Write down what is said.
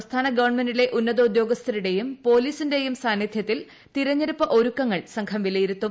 സംസ്ഥാന ഗവൺമെന്റിലെ ഉന്നതോദ്യോഗസ്ഥരുടെയും പൊലീസിന്റെയും സാന്നിധ്യത്തിൽ തെരഞ്ഞെടുപ്പ് ഒരുക്കങ്ങൾ സംഘം വിലയിരുത്തും